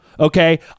Okay